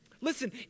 Listen